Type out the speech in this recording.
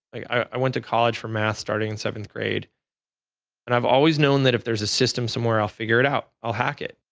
i went to college for math starting in seventh grade and i've always known that if there's a system somewhere, i'll figure it out. i'll hack it.